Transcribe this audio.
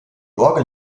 orgel